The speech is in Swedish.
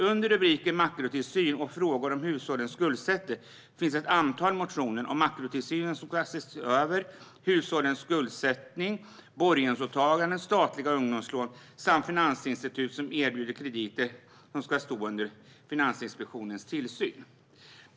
Under rubriken Makrotillsyn och frågor om hushållens skuldsättning finns ett antal motioner om att makrotillsynen ska ses över, om hushållens skuldsättning, om borgensåtagande, om statliga ungdomslån samt om att finansinstitut som erbjuder krediter ska stå under Finansinspektionens tillsyn.